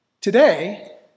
Today